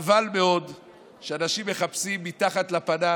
חבל מאוד שאנשים מחפשים מתחת לפנס